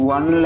One